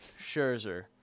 Scherzer